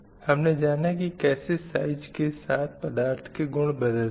हमने जाना की कैसे साइज़ के साथ पदार्थों के गुण बदल जाते हैं